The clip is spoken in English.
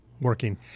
working